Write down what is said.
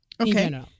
Okay